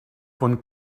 von